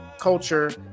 culture